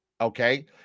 okay